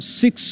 six